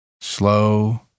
slow